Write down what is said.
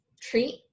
treat